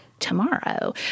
tomorrow